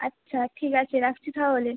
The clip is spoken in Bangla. আচ্ছা ঠিক আছে রাখছি তাহলে